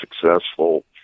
successful